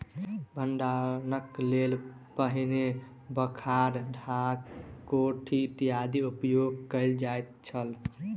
भंडारणक लेल पहिने बखार, ढाक, कोठी इत्यादिक उपयोग कयल जाइत छल